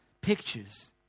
Pictures